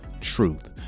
truth